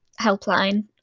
helpline